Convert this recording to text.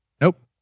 Nope